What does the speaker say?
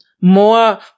more